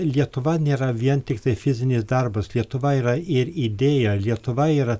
lietuva nėra vien tiktai fizinis darbas lietuva yra ir idėja lietuva yra